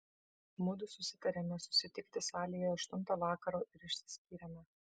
mudu susitarėme susitikti salėje aštuntą vakaro ir išsiskyrėme